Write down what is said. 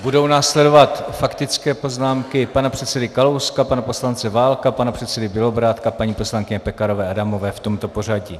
Budou následovat faktické poznámky pana předsedy Kalouska, pana poslance Válka, pana předsedy Bělobrádka, paní poslankyně Pekarové Adamové v tomto pořadí.